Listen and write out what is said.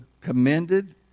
commended